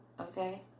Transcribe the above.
Okay